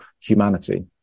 humanity